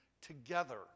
together